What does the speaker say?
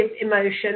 emotion